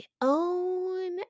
own